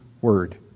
word